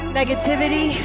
negativity